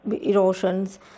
erosions